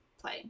play